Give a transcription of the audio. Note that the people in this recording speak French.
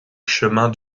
chemin